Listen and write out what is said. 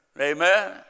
Amen